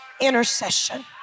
intercession